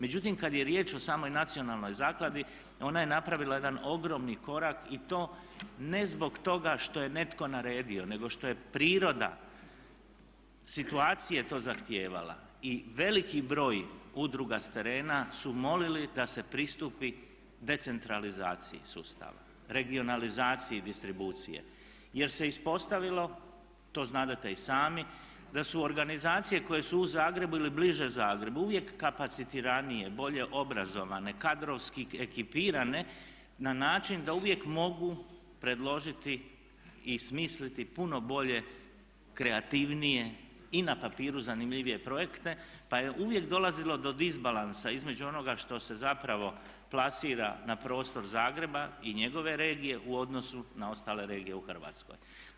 Međutim, kad je riječ o samoj nacionalnoj zakladi ona je napravila jedan ogromni korak i to ne zbog toga što je netko naredio, nego što je priroda situacije to zahtijevala i veliki broj udruga s terena su molili da se pristupi decentralizaciji sustava, regionalizaciji distribucije jer se ispostavilo, to znadete i sami, da su organizacije koje su u Zagrebu ili bliže Zagrebu uvijek kapacitiranije, bolje obrazovane, kadrovski ekipiranje na način da uvijek mogu predložiti i smisliti puno bolje, kreativnije i na papiru zanimljivije projekte pa je uvijek dolazilo do disbalansa između onoga što se zapravo plasira na prostor Zagreba i njegovo regije u odnosu na ostale regije u Hrvatskoj.